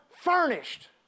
Furnished